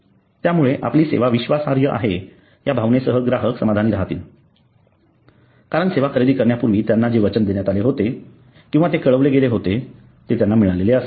यामुळे आपली सेवा विश्वासार्ह आहे या भावनेसह ग्राहक समाधानी राहतील कारण सेवा खरेदी करण्यापूर्वी त्यांना जे वचन देण्यात आले होते किंवा ते कळवले गेले होते ते त्यांना मिळालेले असेल